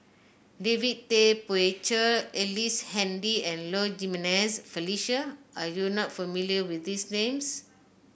David Tay Poey Cher Ellice Handy and Low Jimenez Felicia are you not familiar with these names